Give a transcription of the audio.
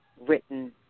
written